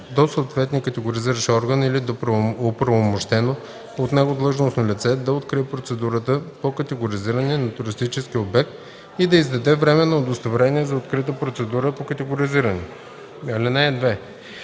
до съответния категоризиращ орган или до оправомощено от него длъжностно лице да открие процедурата по категоризиране на туристическия обект и да издаде временно удостоверение за открита процедура по категоризиране. (2) В случай